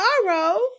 Tomorrow